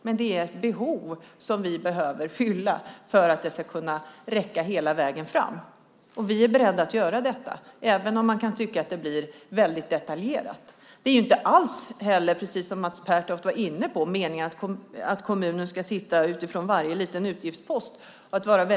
Men det är ett behov som vi behöver fylla för att det ska kunna räcka hela vägen fram. Vi är beredda att göra detta, även om man kan tycka att det blir väldigt detaljerat. Det är inte alls heller meningen, precis som Mats Pertoft var inne på, att kommunen ska sitta och redovisa utifrån varje liten utgiftspost.